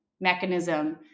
mechanism